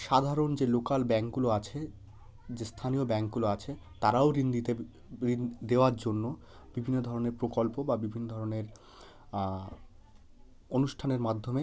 সাধারণ যে লোকাল ব্যাংকগুলো আছে যে স্থানীয় ব্যাংকগুলো আছে তারাও ঋণ দিতে ঋণ দেওয়ার জন্য বিভিন্ন ধরনের প্রকল্প বা বিভিন্ন ধরনের অনুষ্ঠানের মাধ্যমে